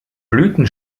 blüten